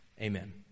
Amen